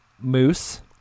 Moose